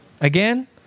Again